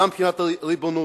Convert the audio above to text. גם מבחינת הריבונות,